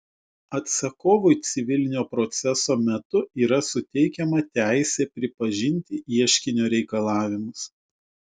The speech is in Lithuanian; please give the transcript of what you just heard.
atsakovui civilinio proceso metu yra suteikiama teisė pripažinti ieškinio reikalavimus